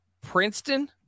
Princeton